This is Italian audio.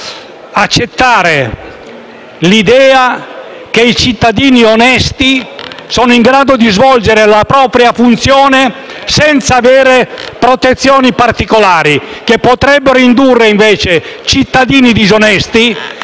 accettare l'idea che i cittadini onesti sono in grado di svolgere la propria funzione senza avere protezioni particolari che potrebbero indurre invece cittadini disonesti